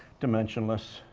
dimensionless,